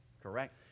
Correct